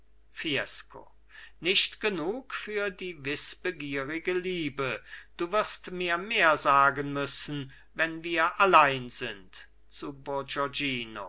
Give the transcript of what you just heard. fiesco nicht genug für die wißbegierige liebe du wirst mir mehr sagen müssen wenn wir allein sind zu